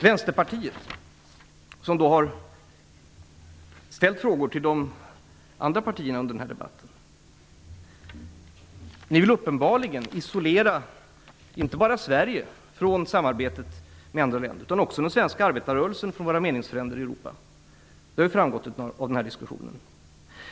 Vänsterpartiet, som har ställt frågor till de andra partierna under denna debatt, vill uppenbarligen isolera inte bara Sverige från samarbetet med andra länder utan också den svenska arbetarrörelsen från våra meningsfränder i Europa. Det har framgått av diskussionen.